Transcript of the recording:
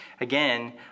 Again